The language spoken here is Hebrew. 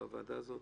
בוועדה הזו,